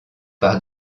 par